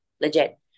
Legit